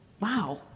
wow